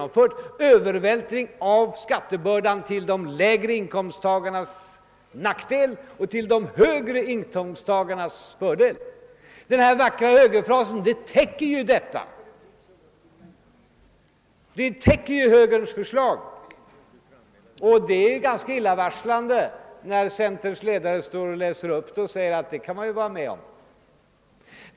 Det innebär en övervältring av skattebördan till de lägre inkomsttagarnas nackdel och till de högre inkomsttagarnas fördel. Denna vackra högerfras täcker ju detta. Och det är ganska illavarslande när centerns ledare står och läser upp detta och säger att detta kan man vara med om.